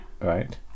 Right